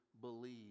believe